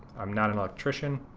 i'm not an electrician,